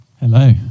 Hello